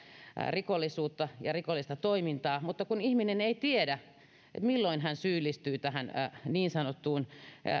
rikollisuutta ja rikollista toimintaa mutta kun ihminen ei tiedä milloin hän syyllistyy tähän niin sanottuun